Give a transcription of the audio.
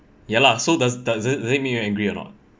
ya lah so does does it make you angry or not